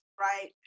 right